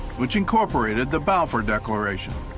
which incorporated the balfour declaration.